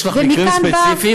יש לך מקרים ספציפיים,